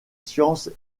sciences